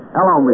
Hello